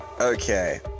Okay